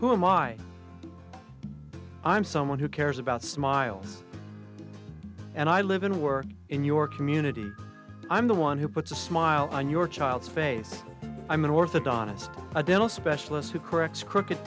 or i'm someone who cares about smiles and i live and work in your community i'm the one who puts a smile on your child's face i'm an orthodontist a dental specialist who corrects crooked